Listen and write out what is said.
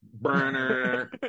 burner